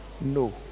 no